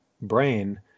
brain